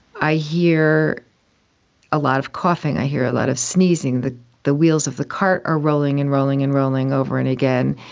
i hear a lot of coughing, i hear a lot of sneezing, the the wheels of the cart are rolling and rolling and rolling over and again,